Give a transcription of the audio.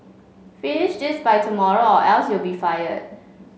finish this by tomorrow or else you'll be fired